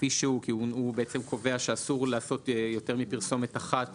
כפי שהוא כי הוא קובע שאסור לעשות יותר מפרסומת אחת